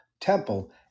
temple